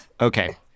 okay